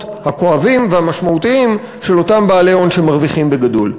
הכואבים המשמעותיים של אותם בעלי הון שמרוויחים בגדול.